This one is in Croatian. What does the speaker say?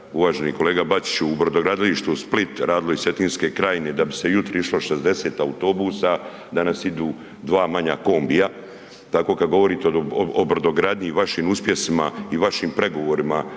uvaženi kolega Bačiću, u brodogradilištu Split radili iz Cetinske krajine, da bi se ujutro išlo sa 60 autobusa, danas idu dva manja kombija, tako kad govorite o brodogradnji i vašim uspjesima i vašim pregovorima